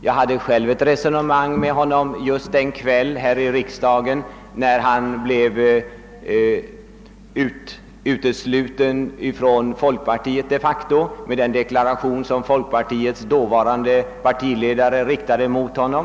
Jag hade själv ett resonemang med honom här i riksdagen just den kväll när han de facto blev utesluten ur folkpartiet efter den deklaration, som folkpartiets dåvarande partiledare riktade mot honom.